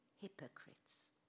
hypocrites